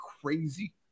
crazy